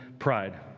pride